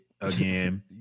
again